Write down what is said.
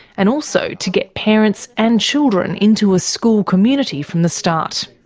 and also to get parents and children into a school community from the start.